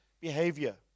behavior